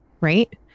right